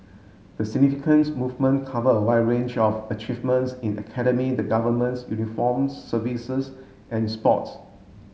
the significance moment cover a wide range of achievements in academy the Governments uniforms services and sports